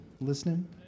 listening